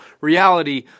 reality